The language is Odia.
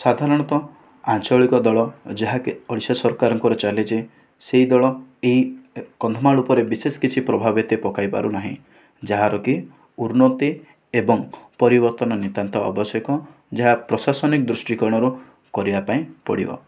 ସାଧାରଣତଃ ଆଞ୍ଚଳିକ ଦଳ ଯାହାକି ଓଡିଶା ସରକାରଙ୍କ ଚାଲିଛି ସେହି ଦଳ ଏହି କନ୍ଧମାଳ ଉପରେ ବିଶେଷ କିଛି ପ୍ରଭାବ ପକାଇ ପାରୁନାହିଁ ଯାହାର କି ଉର୍ନ୍ନତି ଏବଂ ପରିବର୍ତ୍ତନ ନିତ୍ୟାନ୍ତ ଆବଶ୍ୟକ ଯାହା ପ୍ରଶାସନିକ ଦୃଷ୍ଟି କୋଣରୁ କରିବା ପାଇଁ ପଡ଼ିବ